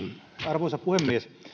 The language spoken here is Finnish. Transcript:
arvoisa puhemies